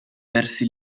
versi